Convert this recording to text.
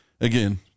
again